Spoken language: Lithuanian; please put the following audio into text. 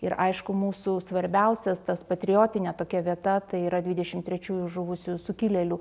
ir aišku mūsų svarbiausias tas patriotinė tokia vieta tai yra dvidešim trečiųjų žuvusių sukilėlių